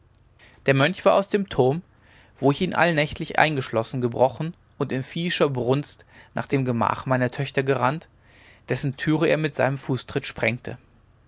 der mönch war aus dem turm wo ich ihn allnächtlich eingeschlossen gebrochen und in viehischer brunst nach dem gemach meiner töchter gerannt dessen türe er mit einem fußtritt sprengte